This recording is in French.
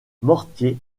mortier